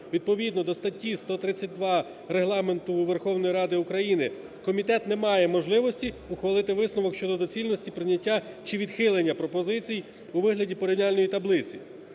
відповідно до статті 132 Регламенту Верховної Ради України, комітет не має можливості ухвалити висновок щодо доцільності прийняття чи відхилення пропозицій у вигляді порівняльної таблиці.